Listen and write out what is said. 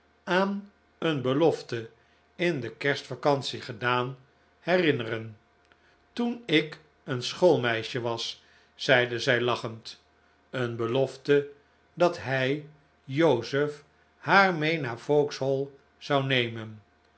aan een belofte in de kerstvacantie gedaan herinneren toen ik een schoolmeisje was zeide zij lachend een belofte dat hij joseph haar mee naar vauxhall zou nemen